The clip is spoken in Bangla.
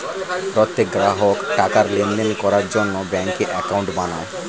প্রত্যেক গ্রাহক টাকার লেনদেন করার জন্য ব্যাঙ্কে অ্যাকাউন্ট বানায়